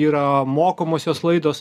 yra mokomosios laidos